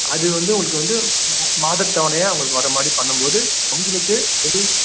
அது வந்து உங்களுக்கு வந்து மாதத்தவணையாக உங்களுக்கு வர மாதிரி பண்ணும்போது உங்களுக்கு ஒரு